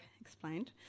explained